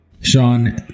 Sean